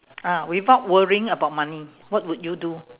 ah without worrying about money what would you do